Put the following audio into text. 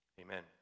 Amen